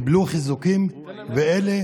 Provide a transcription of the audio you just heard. קיבלו חיזוקים, ואלה